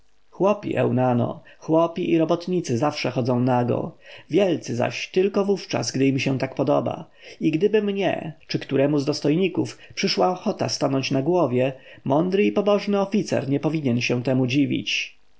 chłopi eunano chłopi i robotnicy zawsze chodzą nago wielcy zaś tylko wówczas gdy im się tak podoba i gdyby mnie czy któremu z dostojników przyszła ochota stanąć na głowie mądry i pobożny oficer nie powinien się temu dziwić